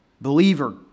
Believer